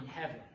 heaven